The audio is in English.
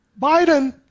Biden